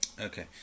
Okay